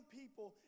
people